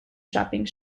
shopping